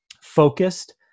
focused